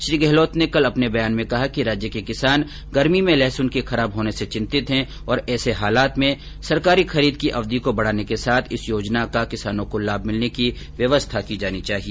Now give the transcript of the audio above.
श्री गहलोत ने कल अपने बयान में कहा है कि राज्य के किसान गर्मी में लहसुन के खराब होने से चितिंत है और ऐसे हालात में सरकारी खरीद की अवधि को बढ़ाने के साथ इस योजना का किसानों को लाभ मिलने की व्यवस्था की जानी चाहिए